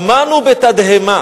שמענו בתדהמה,